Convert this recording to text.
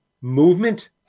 movement